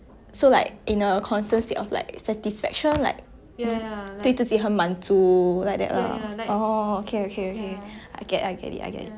so like in a constant state of like satisfaction like 对自己很满足 like that lah orh okay okay I get I get I get it